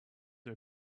are